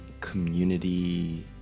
community